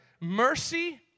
Mercy